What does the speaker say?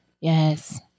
Yes